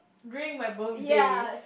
during my birthday